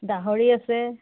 গাহৰি আছে